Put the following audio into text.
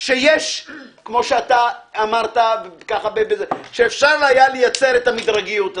כפי שאמרת, שאפשר היה לייצר את המדרגיות הזאת,